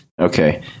Okay